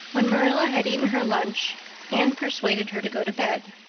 when marilla had eaten her lunch anne persuaded her to go to bed.